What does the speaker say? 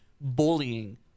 bullying